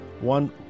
one